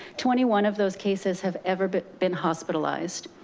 twenty one of those cases have ever been been hospitalized.